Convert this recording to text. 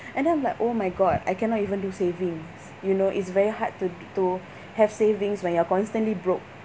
and then I'm like oh my god I cannot even do savings you know it's very hard to to have savings when you're constantly broke